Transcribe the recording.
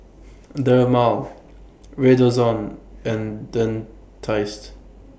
Dermale Redoxon and Dentiste